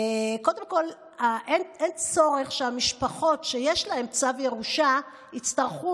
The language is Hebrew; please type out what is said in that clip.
קודם כול אין צורך שהמשפחות שיש להן צו ירושה יצטרכו